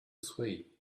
sway